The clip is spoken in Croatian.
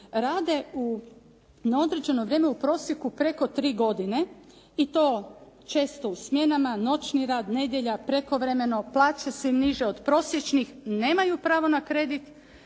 Rade na određeno vrijeme u prosjeku preko tri godine i to često u smjenama, noćni rad, nedjelja, prekovremeno, plaće su im niže od prosječnih, nemaju pravo na kredit,